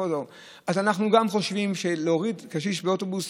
אנחנו גם חושבים שלהוריד קשיש מאוטובוס,